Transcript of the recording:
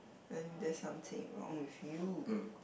then there's something wrong with you